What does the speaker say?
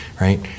right